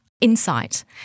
insight